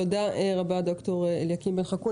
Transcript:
תודה רבה, דוקטור בן חקון.